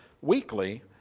weekly